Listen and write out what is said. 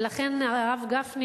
ולכן הרב גפני,